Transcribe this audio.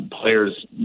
Players